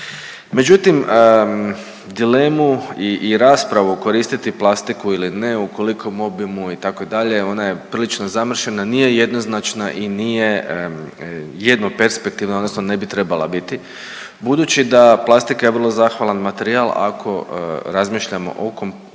Međutim, dilemu i raspravu koristiti plastiku ili ne u kolikom obimu itd., ona je prilično zamršena, nije jednoznačna i nije jedno perspektivna odnosno ne bi trebala biti budući da plastika je vrlo zahvalan materijal ako razmišljamo okom, znači